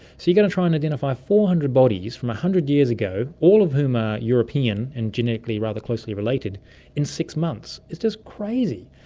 so you're going to try and identify four hundred bodies from one hundred years ago, all of whom are european and genetically rather closely related in six months? it's just crazy.